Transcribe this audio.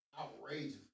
outrageous